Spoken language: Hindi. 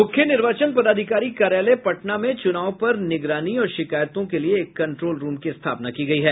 मुख्य निर्वाचन पदाधिकारी कार्यालय पटना में चूनाव पर निगरानी और शिकायतों के लिये एक कंट्रोल रूम की स्थापना की गयी है